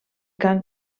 cant